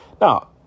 Now